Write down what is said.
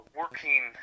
working